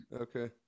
Okay